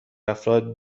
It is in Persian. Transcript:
افراد